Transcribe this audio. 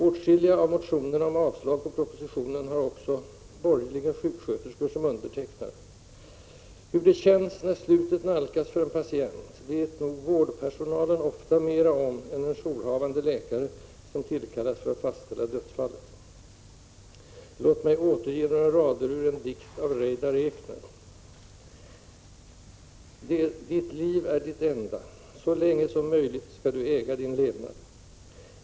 Åtskilliga av motionerna om avslag på propositionen har också — borgerliga — sjuksköterskor som undertecknare. Hur det känns när slutet nalkas för en patient vet nog vårdpersonalen ofta mera om än den jourhavande läkare, som tillkallas för att fastställa dödsfallet. Låt mig återge några rader ur en dikt av Reidar Ekner: Ditt liv är ditt enda. Så länge som möjligt skall du äga din levnad.